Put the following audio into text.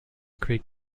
creek